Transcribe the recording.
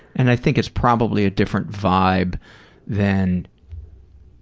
and i think it's probably a different vibe then